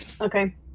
okay